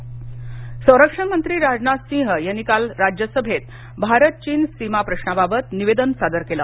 राज्यसभा संरक्षण मंत्री राजनाथ सिंह यांनी काल राज्यसभेत भारत चीन सीमा प्रश्नाबाबत निवेदन सादर केलं